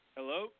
Hello